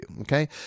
okay